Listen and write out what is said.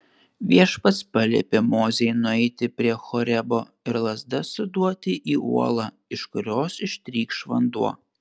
viešpats paliepė mozei nueiti prie horebo ir lazda suduoti į uolą iš kurios ištrykš vanduo